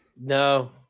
No